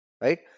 Right